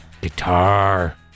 Guitar